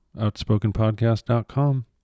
outspokenpodcast.com